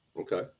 Okay